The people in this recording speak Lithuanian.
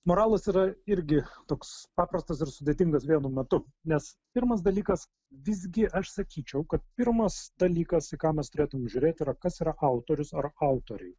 moralas yra irgi toks paprastas ir sudėtingas vienu metu nes pirmas dalykas visgi aš sakyčiau kad pirmas dalykas į ką mes turėtume žiūrėti kas yra autorius ar autoriai